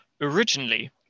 originally